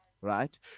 right